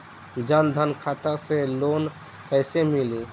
जन धन खाता से लोन कैसे मिली?